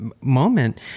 moment